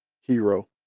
hero